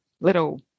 little